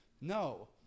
No